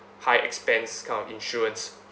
high expense kind of insurance